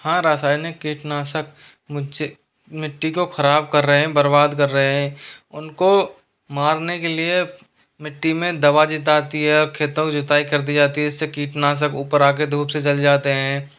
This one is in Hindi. हाँ रासायनिक कीटनाशक मुझे मिट्टी को ख़राब कर रहे हैं बर्बाद कर रहे हैं उनको मारने के लिए मिट्टी में दवा दी जाती है खेतों की जुताई कर दी जाती है उसे कीटनाशक ऊपर आ कर धूप से जल जाते हैं